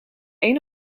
een